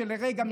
שלרגע מתנתקת,